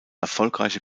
erfolgreiche